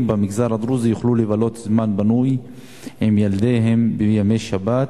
במגזר הדרוזי יוכלו לבלות זמן פנוי עם ילדיהם ביום שבת,